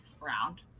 round